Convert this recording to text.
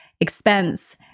expense